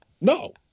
No